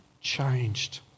changed